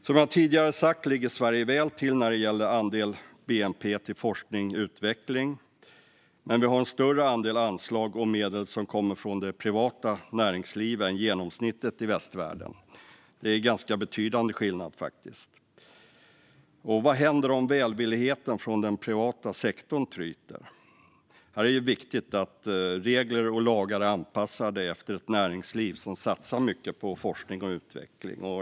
Som jag tidigare har sagt ligger Sverige väl till när det gäller andel av bnp till forskning och utveckling, men vi har en större andel anslag och medel som kommer från det privata näringslivet än genomsnittet i västvärlden. Det är faktiskt en ganska betydande skillnad. Vad händer om välvilligheten från den privata sektorn tryter? Här är det viktigt att regler och lagar är anpassade efter ett näringsliv som satsar mycket på forskning och utveckling.